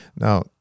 Now